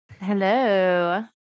Hello